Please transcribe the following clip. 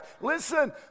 Listen